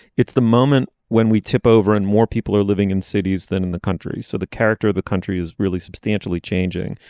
it's the moment when we tip over and more people are living in cities than in the country. so the character of the country is really substantially changing.